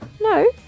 no